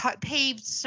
paved